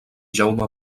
jaume